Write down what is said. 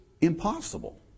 impossible